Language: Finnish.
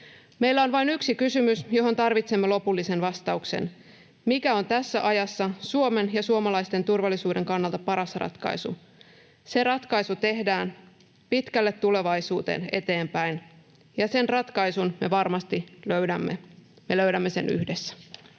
Meillä on vain yksi kysymys, johon tarvitsemme lopullisen vastauksen: mikä on tässä ajassa Suomen ja suomalaisten turvallisuuden kannalta paras ratkaisu? Se ratkaisu tehdään pitkälle tulevaisuuteen eteenpäin, ja sen ratkaisun me varmasti löydämme. Me löydämme sen yhdessä.